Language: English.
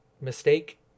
mistake